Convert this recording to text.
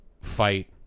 fight